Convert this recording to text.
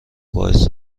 باعث